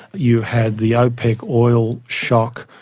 you had the opec oil shock,